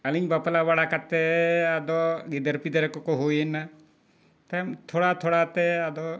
ᱟᱹᱞᱤᱧ ᱵᱟᱯᱞᱟ ᱵᱟᱲᱟ ᱠᱟᱛᱮᱫ ᱟᱫᱚ ᱜᱤᱫᱟᱹᱨ ᱯᱤᱫᱟᱹᱨ ᱠᱚᱠᱚ ᱦᱩᱭᱮᱱᱟ ᱛᱟᱭᱚᱢ ᱛᱷᱚᱲᱟ ᱛᱷᱚᱲᱟ ᱛᱮ ᱟᱫᱚ